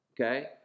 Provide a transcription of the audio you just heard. okay